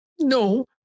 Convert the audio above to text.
No